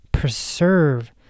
Preserve